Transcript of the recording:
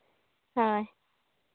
ᱦᱳᱭ